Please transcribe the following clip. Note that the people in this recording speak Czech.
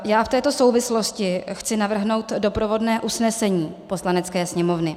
Já v této souvislosti chci navrhnout doprovodné usnesení Poslanecké sněmovny.